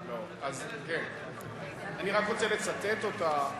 אז, אני רק רוצה לצטט אותה.